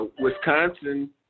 Wisconsin